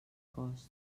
cost